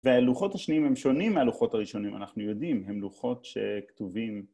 והלוחות השניים הם שונים מהלוחות הראשונים, אנחנו יודעים, הם לוחות שכתובים